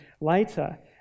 later